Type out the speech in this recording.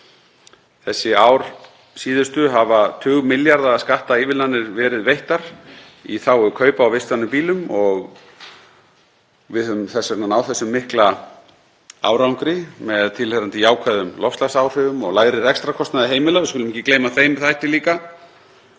Þessi síðustu ár hafa tugmilljarða skattaívilnanir verið veittar í þágu kaupa á vistvænum bílum og við höfum þess vegna náð þessum mikla árangri með tilheyrandi jákvæðum loftslagsáhrifum og lægri rekstrarkostnaði heimila, við skulum ekki gleyma þeim þætti heldur.